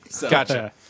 Gotcha